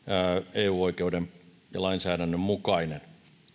eu oikeuden ja lainsäädännön mukainen